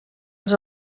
els